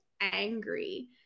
angry